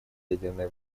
ядерной